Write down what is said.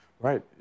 Right